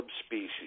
subspecies